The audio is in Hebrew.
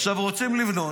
עכשיו, רוצים לבנות,